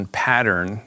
pattern